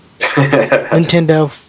Nintendo